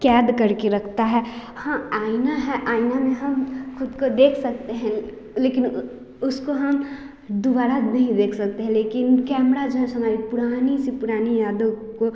क़ैद करके रखता है हाँ आईना है आईने में हम ख़ुद को देख सकते हैं लेकिन उसको हम दुबारा नहीं देख सकते हैं लेकिन कैमरा जो है सो हमारी पुरानी से पुरानी यादों को